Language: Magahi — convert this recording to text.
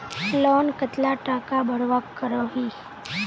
लोन कतला टाका भरवा करोही?